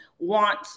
want